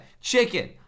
Chicken